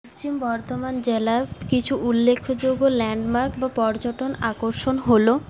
পশ্চিম বর্ধমান জেলার কিছু উল্লেখযোগ্য ল্যান্ডমার্ক বা পর্যটন আকর্ষণ হল